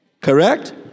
Correct